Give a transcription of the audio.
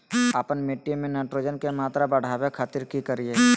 आपन मिट्टी में नाइट्रोजन के मात्रा बढ़ावे खातिर की करिय?